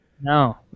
No